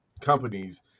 companies